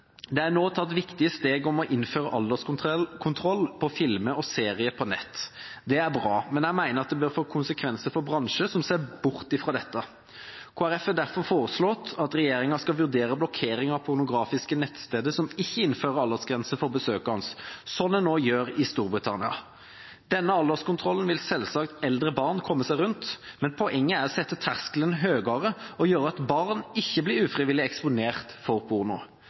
Det er nå tatt viktige steg for å innføre alderskontroll på filmer og serier på nett. Det er bra. Men jeg mener det må få konsekvenser for bransjer som ser bort fra dette. Kristelig Folkeparti har derfor foreslått at regjeringen skal vurdere blokkering av pornografiske nettsteder som ikke innfører aldersgrense for besøkende, som de nå gjør i Storbritannia. Denne alderskontrollen vil selvsagt eldre barn komme seg rundt, men poenget er å sette terskelen høyere og gjøre at barn ikke blir ufrivillig eksponert for porno.